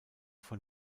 von